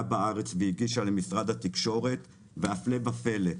בארץ והגישה למשרד התקשורת והפלא ופלא,